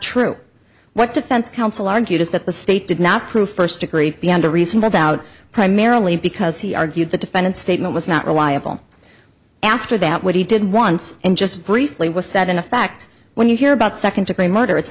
true what defense counsel argued is that the state did not prove first degree beyond a reasonable doubt primarily because he argued the defendant's statement was not reliable after that what he did once and just briefly was that in effect when you hear about second degree murder it's